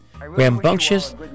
rambunctious